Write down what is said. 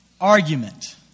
argument